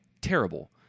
terrible